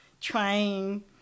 trying